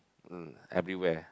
mm everywhere